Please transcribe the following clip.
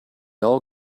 all